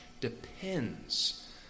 depends